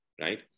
right